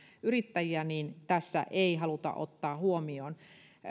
yrittäjiä tässä ei haluta ottaa huomioon